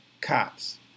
cops